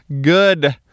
Good